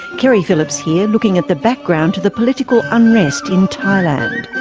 keri phillips here, looking at the background to the political unrest in thailand.